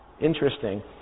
Interesting